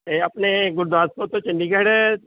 ਇਹ ਆਪਣੇ ਗੁਰਦਾਸਪੁਰ ਤੋਂ ਚੰਡੀਗੜ੍ਹ